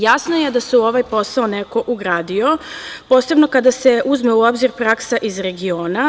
Jasno je da se u ovaj posao neko ugradio, posebno kada se uzme u obzir praksa iz regiona.